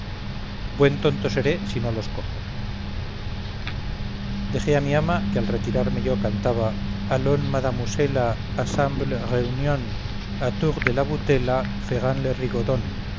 buen tonto seré si no los cojo dejé a mi ama que al retirarme yo cantaba y volví a casa de inés a